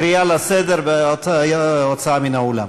קריאה לסדר והוצאה מן האולם.